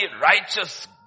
righteous